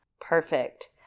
perfect